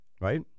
Right